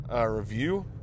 review